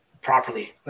properly